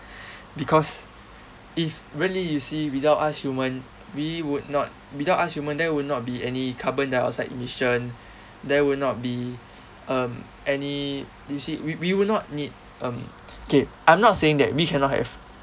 because if really you see without us human we would not without us human there would not be any carbon dioxide emission there will not be um any you see we we would not need um K I'm not saying that we cannot have